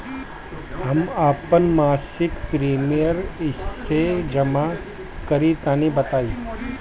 हम आपन मसिक प्रिमियम कइसे जमा करि तनि बताईं?